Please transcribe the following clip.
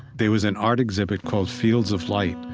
there was an art exhibit called fields of light,